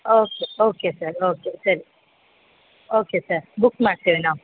okay okay sir okay ಸರಿ okay sir book ಮಾಡ್ತೇವೆ ನಾವು